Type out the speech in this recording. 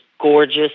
Gorgeous